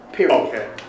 Okay